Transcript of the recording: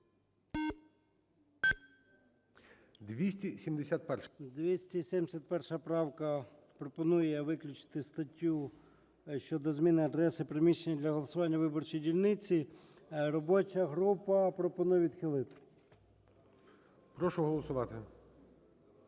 271 правка пропонує виключити статтю щодо зміни адреси приміщення для голосування виборчої дільниці. Робоча група пропонує відхилити. ГОЛОВУЮЧИЙ. Прошу голосувати.